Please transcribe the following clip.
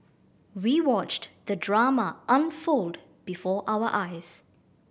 we watched the drama unfold before our eyes